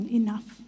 enough